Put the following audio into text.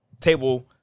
table